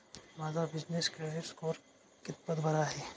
माझा business credit score कितपत बरा आहे?